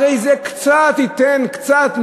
הרי זה ייתן קצת,